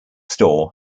store